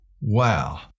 Wow